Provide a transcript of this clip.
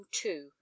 two